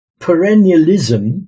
perennialism